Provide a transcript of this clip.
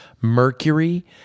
mercury